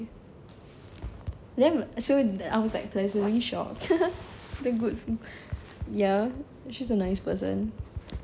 then so I was like pleasantly shocked very good ya she's a nice person